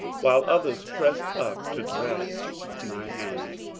while others pressed up to grasp my hand.